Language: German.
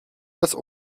das